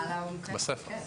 בספח.